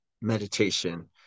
meditation